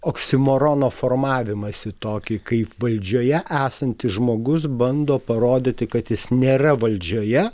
oksimorono formavimąsi tokį kaip valdžioje esantis žmogus bando parodyti kad jis nėra valdžioje